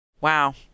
Wow